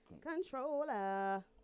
Controller